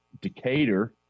Decatur